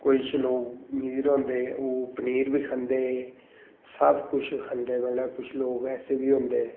किश लोग अमीर होंदे ओह् पनीर बी खंदे सबकिश खंदे मतलब किश लोग ऐसे बी होंदे